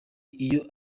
iyo